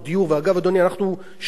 ובמיוחד מאז המחאה החברתית,